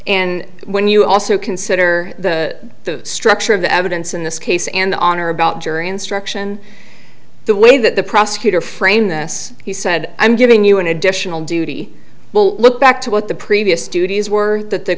and when you also consider the structure of the evidence in this case and the honor about jury instruction the way that the prosecutor framed this he said i'm giving you an additional duty will look back to what the previous duties were that the